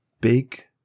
big